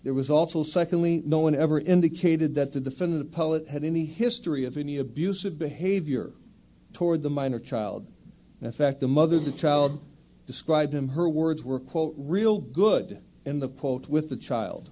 there was also secondly no one ever indicated that the defendant poet had any history of any abusive behavior toward the minor child in fact the mother the child described in her words were quote real good in the quote with the child